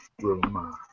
room